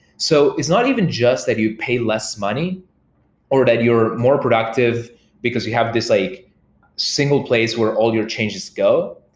so it's not even just that you pay less money or that you're more productive because you have this like single place where all your changes go.